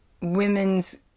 women's